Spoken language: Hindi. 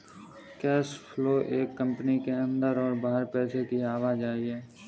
कैश फ्लो एक कंपनी के अंदर और बाहर पैसे की आवाजाही है